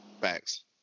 Facts